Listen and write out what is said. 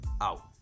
out